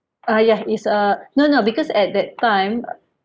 uh yeah it's uh no no because at that time